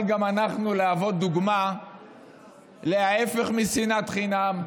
גם אנחנו להוות דוגמה שהיא להפך משנאת חינם,